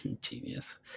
Genius